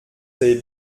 savez